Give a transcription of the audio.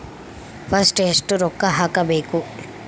First ಎಷ್ಟು ರೊಕ್ಕ ಹಾಕಬೇಕು?